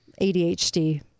ADHD